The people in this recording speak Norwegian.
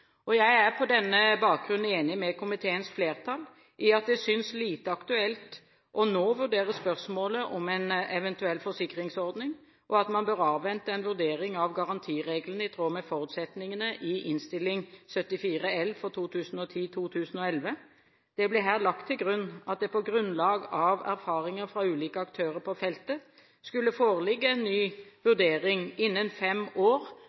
2011. Jeg er på denne bakgrunn enig med komiteens flertall i at det nå synes lite aktuelt å vurdere spørsmålet om en eventuell forsikringsordning, og at man bør avvente en vurdering av garantireglene i tråd med forutsetningene i Innst. 74 L for 2010–2011. Det ble her lagt til grunn at det på grunnlag av erfaringer fra ulike aktører på feltet, skulle foreligge en ny vurdering innen fem år